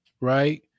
right